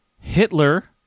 Hitler